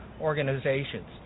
organizations